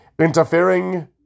Interfering